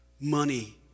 money